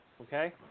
okay